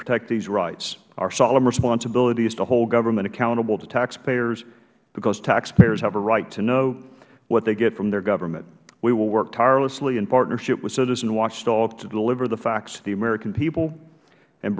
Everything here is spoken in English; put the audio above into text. protect these rights our solemn responsibility is to hold government accountable to taxpayers because taxpayers have a right to know what they get from their government we will work tirelessly in partnership with citizen watchdogs to deliver the facts to the american people and